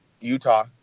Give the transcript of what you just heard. utah